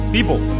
People